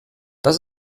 das